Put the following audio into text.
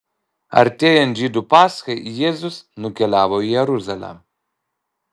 artėjant žydų paschai jėzus nukeliavo į jeruzalę